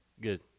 Good